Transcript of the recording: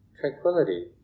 tranquility